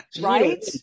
Right